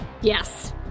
Yes